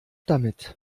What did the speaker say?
damit